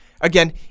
Again